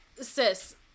sis